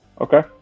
Okay